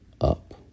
up